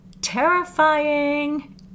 Terrifying